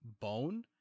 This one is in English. bone